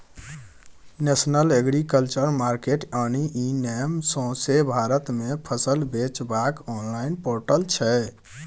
national agriculture market यानी e NAM सौंसे भारत मे फसल बेचबाक आनलॉइन पोर्टल छै